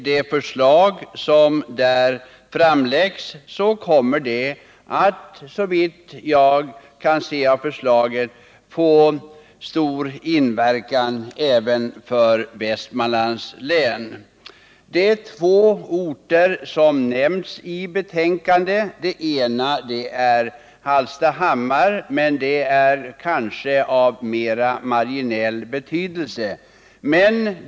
Det förslag som där framläggs kommer, såvitt jag kan se, att få stor inverkan även på Västmanlands län. Det är två orter som nämns i betänkandet. Den ena är Hallstahammar, men det som sägs i fråga om den orten är kanske av mera marginell betydelse.